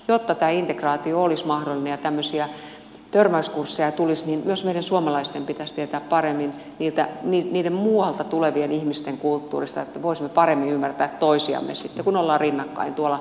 jotta tämä integraatio olisi mahdollinen ja törmäyskursseja ei tulisi niin myös meidän suomalaisten pitäisi tietää paremmin muualta tulevien ihmisten kulttuurista että voisimme paremmin ymmärtää toisiamme sitten kun ollaan rinnakkain tuolla